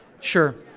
sure